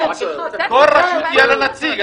כל רשות יהיה לה נציג.